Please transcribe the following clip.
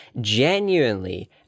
genuinely